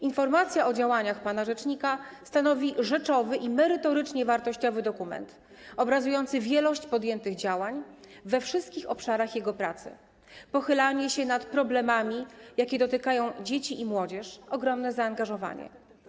Informacja o działaniach pana rzecznika stanowi rzeczowy i merytorycznie wartościowy dokument obrazujący wielość podjętych działań we wszystkich obszarach jego pracy, pochylanie się nad problemami, jakie dotykają dzieci i młodzież, ogromne zaangażowanie.